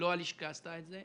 לא הלשכה עשתה את זה,